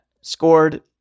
scored